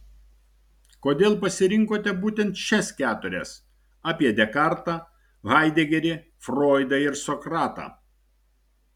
kodėl pasirinkote būtent šias keturias apie dekartą haidegerį froidą ir sokratą